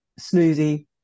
snoozy